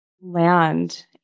land